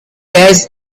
lays